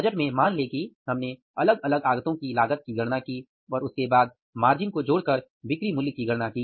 budget में मान ले कि हमने अलग अलग आगतों की लागत की गणना की और उसके बाद मार्जिन को जोड़कर बिक्री मूल्य की गणना की